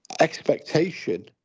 Expectation